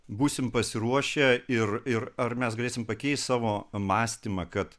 būsim pasiruošę ir ir ar mes galėsim pakeist savo mąstymą kad